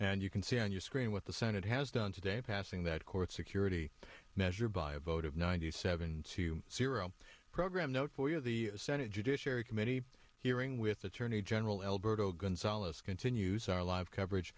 and you can see on your screen what the senate has done today passing that court security measure by a vote of ninety seven to zero program note for you the senate judiciary committee hearing with attorney general alberto gonzales continues our live coverage